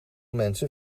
mensen